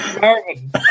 Marvin